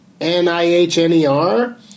N-I-H-N-E-R